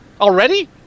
Already